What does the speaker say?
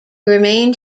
remained